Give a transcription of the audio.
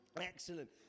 Excellent